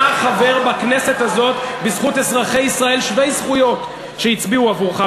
אתה חבר בכנסת הזאת בזכות אזרחי ישראל שווי זכויות שהצביעו עבורך.